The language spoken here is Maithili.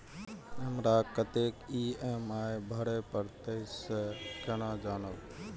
हमरा कतेक ई.एम.आई भरें परतें से केना जानब?